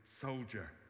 soldier